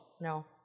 No